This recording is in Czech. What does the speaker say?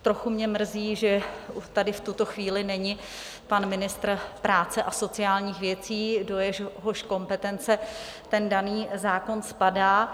Trochu mě mrzí, že tady v tuto chvíli není pan ministr práce a sociálních věcí, do jehož kompetence daný zákon spadá.